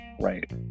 right